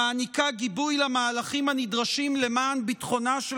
המעניקה גיבוי למהלכים הנדרשים למען ביטחונה של